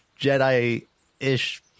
Jedi-ish